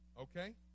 Okay